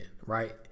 right